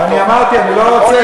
אני אמרתי, אני לא רוצה.